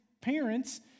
parents